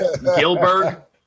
Gilbert